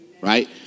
Right